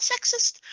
sexist